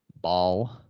Ball